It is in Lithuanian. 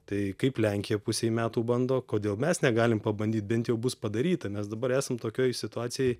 tai kaip lenkija pusei metų bando kodėl mes negalim pabandyt bent jau bus padaryta nes dabar esam tokioj situacijoj